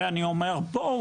אני אומר פה,